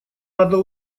надо